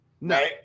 No